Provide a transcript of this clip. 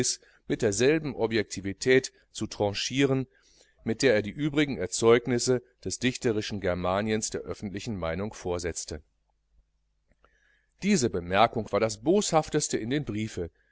mit derselben objektivität zu tranchieren mit der er die übrigen erzeugnisse des dichterischen germaniens der öffentlichen meinung vorsetzte diese bemerkung war das boshafteste in dem briefe